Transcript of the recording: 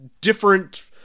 different